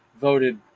voted